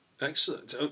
Excellent